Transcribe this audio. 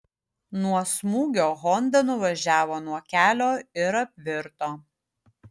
nuo smūgio honda nuvažiavo nuo kelio ir apvirto